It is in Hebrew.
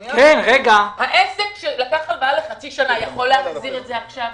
אנחנו מדברים על 3. העסק שלקח הלוואה לחצי שנה יכול להחזיר את זה עכשיו?